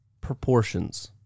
proportions